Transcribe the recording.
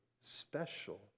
special